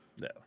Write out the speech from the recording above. No